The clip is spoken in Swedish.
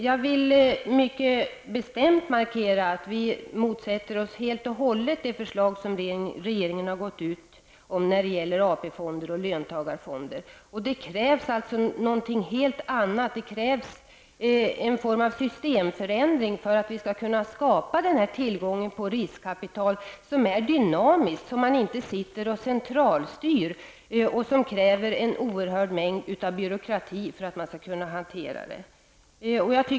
Jag vill mycket bestämt markera att vi helt och hållet motsätter oss det förslag som regeringen lagt fram när det gäller AP-fonderna och löntagarfonderna. Det krävs någonting helt annat. Det krävs en form av systemförändring för att vi skall kunna skapa denna tillgång på riskkapital som är dynamiskt. Man skall inte sitta och centralstyra detta. Det kräver en oerhörd mängd byråkrati för att man skall kunna hantera det.